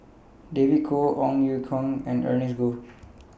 David Kwo Ong Ye Kung and Ernest Goh